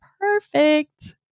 perfect